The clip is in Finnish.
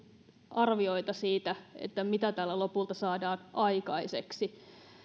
arvioita siitä siitä mitä tällä lopulta saadaan aikaiseksi